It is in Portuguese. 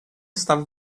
estava